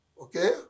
Okay